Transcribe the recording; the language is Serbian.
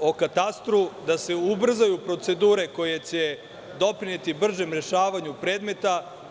o katastru, da se ubrzaju procedure koje će doprineti bržem rešavanju predmeta.